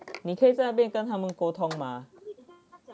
你可以在那边跟他们沟通吗